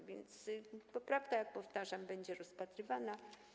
A więc poprawka, jak powtarzam, będzie rozpatrywana.